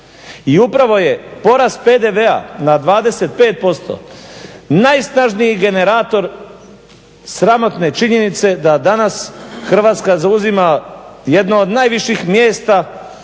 I upravo je porast PDV-a na 25% najsnažniji generator sramotne činjenice da danas Hrvatska zauzima jedno od najviših mjesta